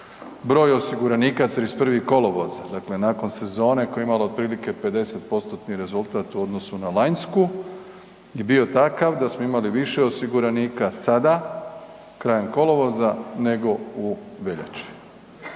broj osiguranika 31. kolovoza, dakle nakon sezone koje je imalo otprilike 50%-tni rezultat u odnosu na lanjsku i bio takav da smo imali više osiguranika sada krajem kolovoza nego u veljači.